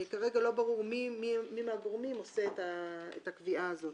וכרגע לא ברור מי מהגורמים עושה את הקביעה הזאת.